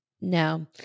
No